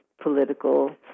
political